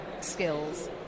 skills